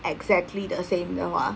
exactly the same 的话